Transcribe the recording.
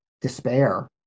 despair